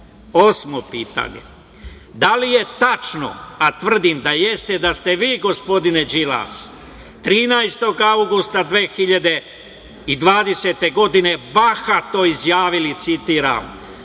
pitanje – da li je tačno, a tvrdim da jeste, da ste vi gospodine Đilas 13. avgusta 2020. godine bahato izjavili, citiram